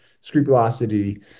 scrupulosity